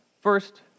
First